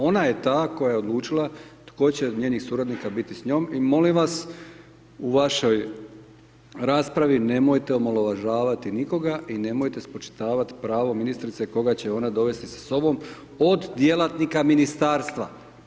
Ona je ta koja je odlučila tko će od njenih suradnika biti s njom i molim vas u vašoj raspravi nemojte omalovažavati nikoga i nemojte spočitavati pravo ministrice koga će ona dovesti sa sobom od djelatnika Ministarstva.